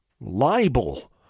libel